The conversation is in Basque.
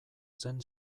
zen